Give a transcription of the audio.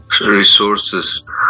resources